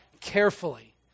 carefully